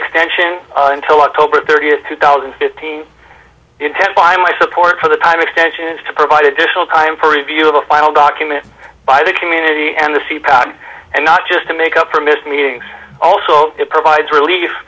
extension until october thirtieth two thousand and fifteen intent by my support for the time extensions to provide additional time for review of a final document by the community and the sea power and not just to make up for missed meetings also it provides relief